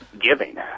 giving